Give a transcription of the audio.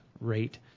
rate